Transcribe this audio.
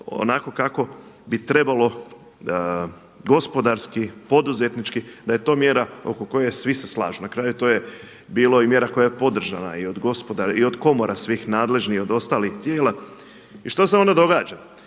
onako kako bi trebalo gospodarski, poduzetnički, da je to mjera oko koje svi se slažu. Na kraju to je bila i mjera koja je podržana i od komora svih nadležnih, od ostalih mjera. I što se onda događa?